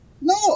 No